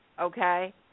okay